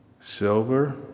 silver